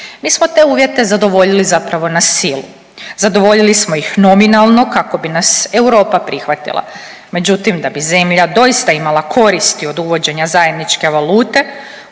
Mi smo te uvjete zadovoljiti, zapravo, na silu. Zadovoljili smo ih nominalno kako bi nas Europa prihvatila, međutim, da bi zemlja doista imala koristi od uvođenja zajedničke valute,